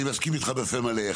אני מסכים איתך בפה מלא.